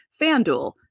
FanDuel